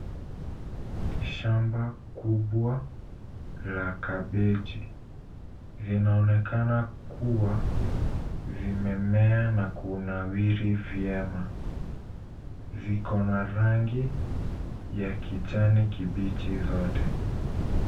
Shamba kubwa la kabichi, linaonekana kuwa vimemea na kunawiri vyema. Viko na rangi ya kijani kibichi zote.